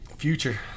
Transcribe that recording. Future